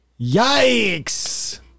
Yikes